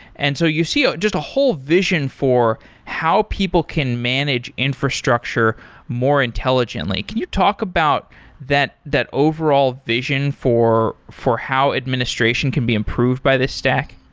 and so you see just a whole vision for how people can manage infrastructure more intelligently. can you talk about that that overall vision for for how administration can be improved by this stack?